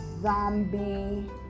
zombie